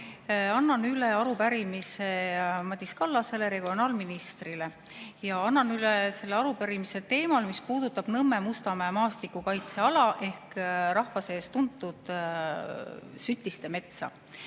Annan üle arupärimise Madis Kallasele, regionaalministrile, ja annan üle arupärimise teemal, mis puudutab Nõmme–Mustamäe maastikukaitseala, rahva seas tuntud ka kui Sütiste mets.